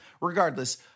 regardless